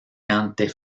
cante